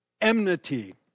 Enmity